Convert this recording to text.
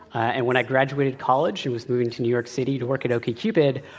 and when i graduated college and was moving to new york city to work at okcupid,